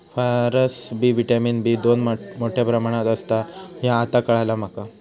फारसबी vitamin B दोन मोठ्या प्रमाणात असता ह्या आता काळाला माका